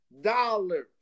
dollars